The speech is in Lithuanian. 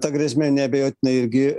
ta grėsmė neabejotinai irgi